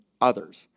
others